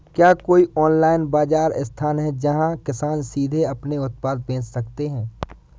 क्या कोई ऑनलाइन बाज़ार स्थान है जहाँ किसान सीधे अपने उत्पाद बेच सकते हैं?